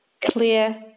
clear